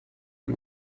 one